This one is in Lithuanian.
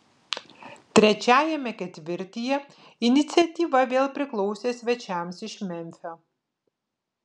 trečiajame ketvirtyje iniciatyva vėl priklausė svečiams iš memfio